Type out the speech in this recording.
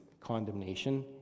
condemnation